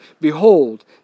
Behold